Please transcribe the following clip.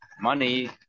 money